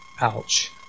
Ouch